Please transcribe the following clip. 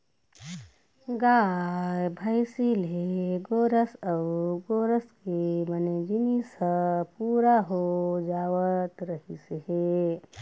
गाय, भइसी ले गोरस अउ गोरस के बने जिनिस ह पूरा हो जावत रहिस हे